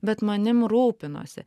bet manim rūpinosi